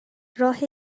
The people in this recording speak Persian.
راه